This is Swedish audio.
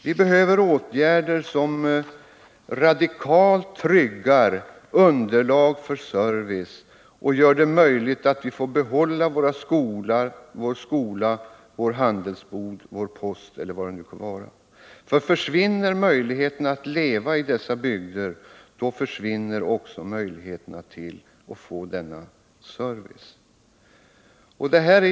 Vi behöver åtgärder som radikalt tryggar underlaget för service och gör det möjligt för oss att få behålla vår skola, vår handelsbod, vår poststation eller vad det nu kan vara. Ty försvinner möjligheterna att leva i dessa bygder, försvinner också möjligheterna att få denna service.